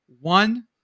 one